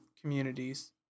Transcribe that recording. communities